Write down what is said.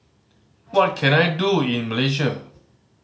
what can I do in Malaysia